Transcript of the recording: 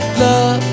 love